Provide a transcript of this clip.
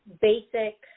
basic